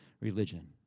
religion